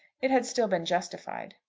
it had still been justified.